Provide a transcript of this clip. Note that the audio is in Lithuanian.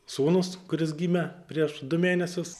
sūnus kuris gimė prieš du mėnesius